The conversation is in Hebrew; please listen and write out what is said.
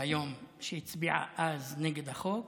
היום שהצביעה אז נגד החוק,